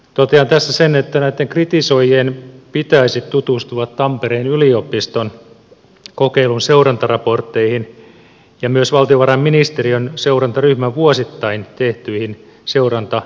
totean tässä sen että näitten kritisoijien pitäisi tutustua kokeilua koskeviin tampereen yliopiston seurantaraportteihin ja myös vuosittain tehtyihin valtiovarainministeriön seurantaryhmän seurantaraportteihin